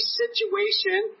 situation